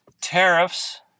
Tariffs